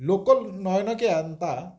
ଲୋକ ନୟନ କେ ଏନ୍ତା